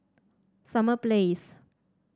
Summer Place